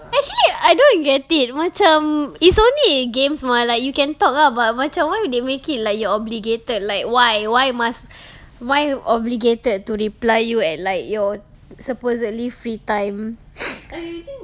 actually I don't get it macam it's only in games mah like you can talk ah but macam why would they make it like you're obligated like why why you must why obligated to reply you at like you supposedly free time